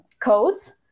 codes